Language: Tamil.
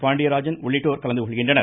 பாண்டியராஜன் உள்ளிட்டோர் கலந்து கொள்கின்றனர்